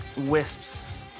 wisps